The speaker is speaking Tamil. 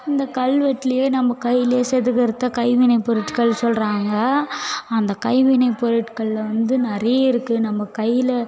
இந்த கல்வெட்லேயே நம்ம கையில் செதுக்கிறது தான் கைவினைப்பொருட்கள் சொல்கிறாங்க அந்த கைவினைப்பொருட்களில் வந்து நிறைய இருக்குது நம்ம கையில்